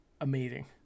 amazing